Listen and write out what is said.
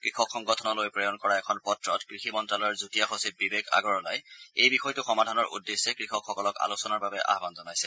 কৃষক সংগঠনলৈ প্ৰেৰণ কৰা এখন পত্ৰত কৃষি মন্তালয়ৰ যুটীয়া সচিব বিবেক আগৰৱালাই এই বিষয়টো সমাধানৰ উদ্দেশ্যে কৃষকসকলক আলোচনাৰ বাবে আহান জনাইছে